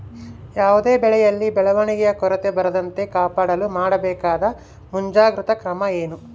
ಯಾವುದೇ ಬೆಳೆಯಲ್ಲಿ ಬೆಳವಣಿಗೆಯ ಕೊರತೆ ಬರದಂತೆ ಕಾಪಾಡಲು ಮಾಡಬೇಕಾದ ಮುಂಜಾಗ್ರತಾ ಕ್ರಮ ಏನು?